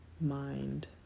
mind